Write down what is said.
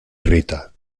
rita